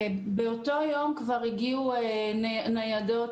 באותו יום כבר הגיעו שתי ניידות,